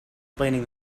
explaining